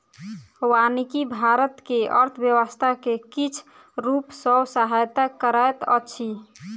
वानिकी भारत के अर्थव्यवस्था के किछ रूप सॅ सहायता करैत अछि